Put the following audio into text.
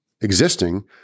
existing